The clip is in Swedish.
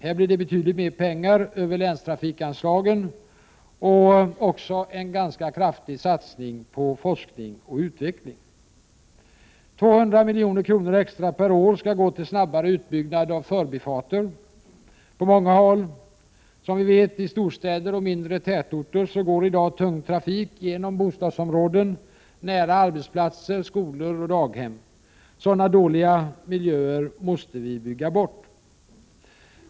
Här blir det betydligt mer pengar över länstrafikanslagen samt en kraftig satsning på forskning och utveckling. 200 milj.kr. extra per år skall gå till snabbare utbyggnad av förbifarter. På många håll, i storstäder och mindre tätorter, går som vi vet i dag tung trafik genom bostadsområden, nära arbetsplatser, skolor och daghem. Sådana dåliga miljöer måste vi bygga bort.